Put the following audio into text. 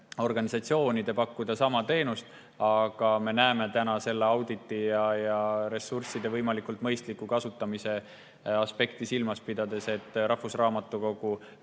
organisatsioonides pakkuda sama teenust. Aga me näeme selle auditi ja ressursside võimalikult mõistliku kasutamise aspekti silmas pidades, et rahvusraamatukogu